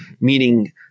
meaning